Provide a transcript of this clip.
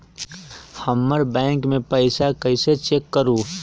हमर बैंक में पईसा कईसे चेक करु?